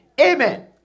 Amen